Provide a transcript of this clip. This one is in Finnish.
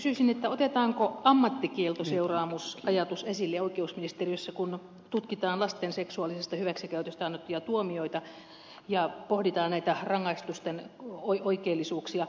kysyisin otetaanko ammattikieltoseuraamusajatus esille oikeusministeriössä kun tutkitaan lasten seksuaalisesta hyväksikäytöstä annettuja tuomioita ja pohditaan näitä rangaistusten oikeellisuuksia